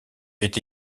est